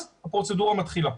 אז הפרוצדורה מתחילה.